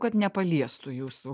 kad nepaliestų jūsų